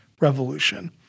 Revolution